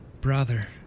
Brother